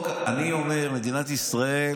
אני אומר שמדינת ישראל